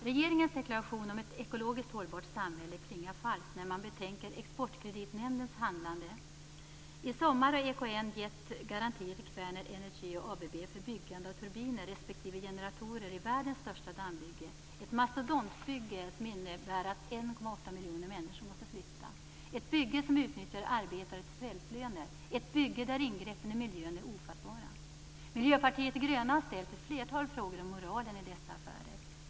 Regeringens deklaration om ett ekologiskt hållbart samhälle klingar falskt när man betänker Exportkreditnämndens handlande. I sommar har EKN givit garantier till Kvaerner Energy och ABB för byggande av turbiner respektive generatorer i världens största dammbygge. Det är ett mastodontbygge som innebär att 1,8 miljoner människor måste flytta - ett bygge där man utnyttjar arbetare till svältlöner och där ingreppen i miljön är ofattbara. Miljöpartiet de gröna har ställt ett flertal frågor om moralen i dessa affärer.